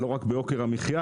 לא רק ביוקר המחייה,